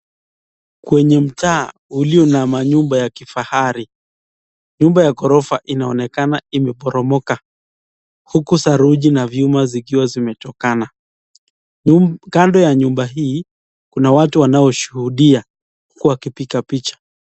Kwenye mtaa ulio na manyumba ya kifahari, nyumba ya ghorofa inaonekana imeporomoka huku saruji na vyuma zikiwa zimetokana. Kando ya nyumba hii kuna watu wanaoshuhudia huku wakipiga picha.